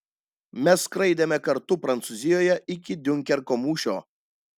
mes skraidėme kartu prancūzijoje iki diunkerko mūšio